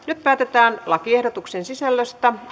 nyt päätetään lakiehdotuksen sisällöstä